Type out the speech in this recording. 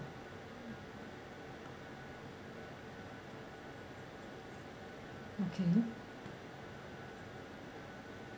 okay